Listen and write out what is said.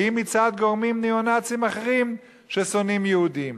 ואם מצד גורמים ניאו-נאציים אחרים ששונאים יהודים.